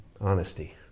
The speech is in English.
honesty